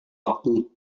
waktu